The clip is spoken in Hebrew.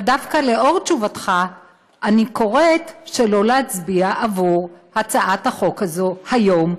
אבל דווקא לאור תשובתך אני קוראת שלא להצביע עבור הצעת החוק הזאת היום,